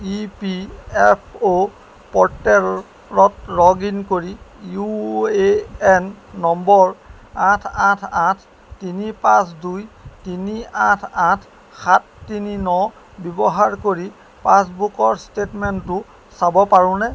ই P F O প'ৰ্টেলত log in কৰি U A N নম্বৰ আঠ আঠ আঠ তিনি পাঁচ দুই তিনি আঠ আঠ সাত তিনি ন ব্যৱহাৰ কৰি পাছবুকৰ ষ্টেটমেণ্টটো চাব পাৰোঁনে